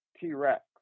T-Rex